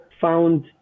found